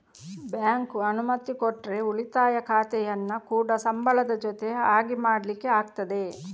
bank ಅನುಮತಿ ಕೊಟ್ರೆ ಉಳಿತಾಯ ಖಾತೆಯನ್ನ ಕೂಡಾ ಸಂಬಳದ ಖಾತೆ ಆಗಿ ಮಾಡ್ಲಿಕ್ಕೆ ಆಗ್ತದೆ